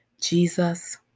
Jesus